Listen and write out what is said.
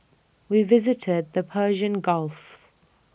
we visited the Persian gulf